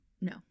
no